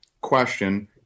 question